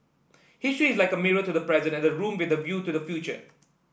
history is like a mirror to the present and a room with a view to the future